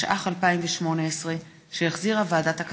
התשע"ח 2018, שהחזירה ועדת הכלכלה.